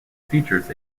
features